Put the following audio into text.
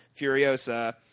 Furiosa